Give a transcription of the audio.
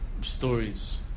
stories